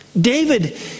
David